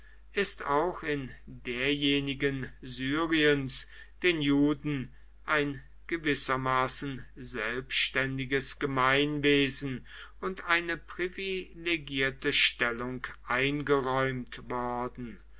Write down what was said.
ist auch in derjenigen syriens den juden ein gewissermaßen selbständiges gemeinwesen und eine privilegierte stellung eingeräumt worden